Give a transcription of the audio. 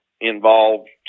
involved